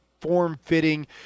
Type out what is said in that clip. form-fitting